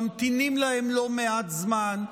ממתינים להם לא מעט זמן,